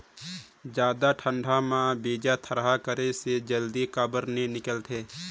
जादा ठंडा म बीजा थरहा करे से जल्दी काबर नी निकलथे?